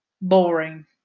boring